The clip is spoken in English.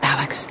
Alex